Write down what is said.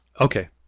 Okay